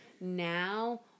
now